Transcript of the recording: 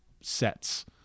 sets